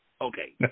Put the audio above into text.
Okay